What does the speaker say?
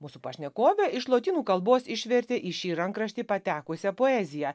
mūsų pašnekovė iš lotynų kalbos išvertė į šį rankraštį patekusią poeziją